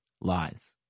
lies